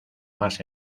más